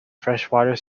freshwater